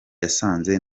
yasanze